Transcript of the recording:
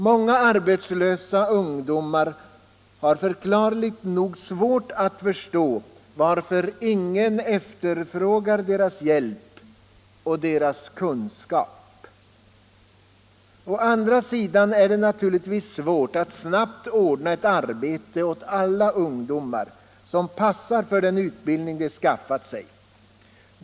Många arbetslösa ungdomar har förklarligt nog svårt att förstå varför ingen efterfrågar deras hjälp och kunskaper. Å andra sidan är det naturligtvis svårt att snabbt ordna arbete åt alla ungdomar som passar för den utbildning de skaffat sig.